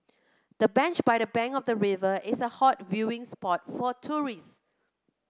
the bench by the bank of the river is a hot viewing spot for tourists